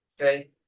okay